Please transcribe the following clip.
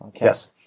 yes